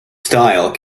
style